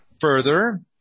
Further